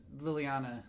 Liliana